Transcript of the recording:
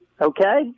okay